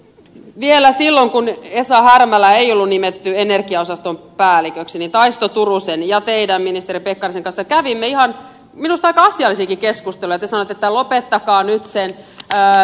vielä silloin kun esa härmälää ei ollut nimetty energiaosaston päälliköksi niin taisto turusen ja teidän ministeri pekkarinen kanssanne kävimme ihan minusta aika asiallisenkin keskustelun ja te sanoitte että lopettakaa nyt sen vihreän sertifikaatin markkinoiminen